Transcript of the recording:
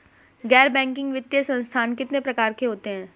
गैर बैंकिंग वित्तीय संस्थान कितने प्रकार के होते हैं?